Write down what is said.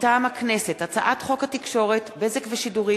מטעם הכנסת: הצעת חוק התקשורת (בזק ושידורים)